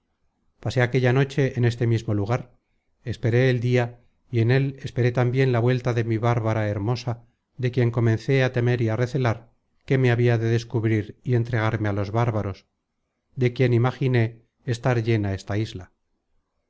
pasé aquella noche en este mismo lugar esperé el dia y en él esperé tambien la vuelta de mi bárbara hermosa de quien comencé á temer y á recelar que me habia de descubrir y entregarme á los bárbaros de quien imaginé estar llena esta isla